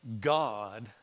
God